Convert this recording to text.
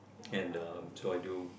and um so I do